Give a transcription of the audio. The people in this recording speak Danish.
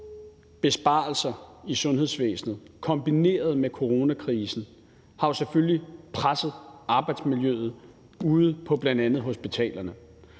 besparelser i sundhedsvæsenet kombineret med coronakrisen selvfølgelig har presset arbejdsmiljøet på bl.a. hospitalerne.